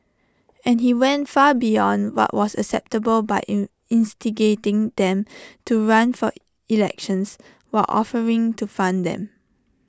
and he went far beyond what was acceptable by in instigating them to run for elections while offering to fund them